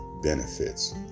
Benefits